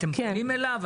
אתם פונים אליו?